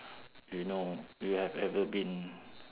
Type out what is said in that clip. you know you have ever been